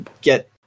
get